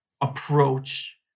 approach